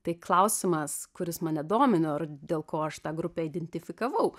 tai klausimas kuris mane domina ir dėl ko aš tą grupę identifikavau